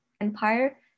empire